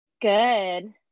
Good